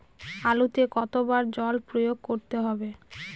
আলুতে কতো বার জল প্রয়োগ করতে হবে?